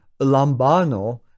lambano